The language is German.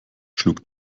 schlug